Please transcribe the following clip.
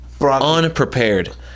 unprepared